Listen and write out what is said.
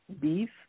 beef